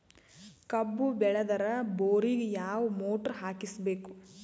ಕಬ್ಬು ಬೇಳದರ್ ಬೋರಿಗ ಯಾವ ಮೋಟ್ರ ಹಾಕಿಸಬೇಕು?